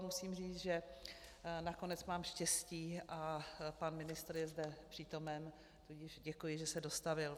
Musím říct, že nakonec mám štěstí a pan ministr je zde přítomen, tudíž děkuji, že se dostavil.